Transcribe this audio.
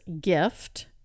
gift